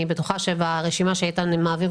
אני בטוחה שברשימה שאיתן מעביר,